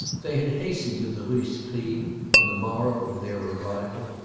they had hastened to the rue scribe on the morrow of their arrival,